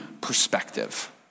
perspective